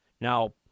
Now